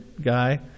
guy